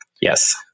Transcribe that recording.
Yes